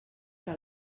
que